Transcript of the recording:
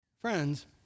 Friends